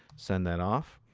send that off,